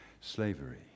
slavery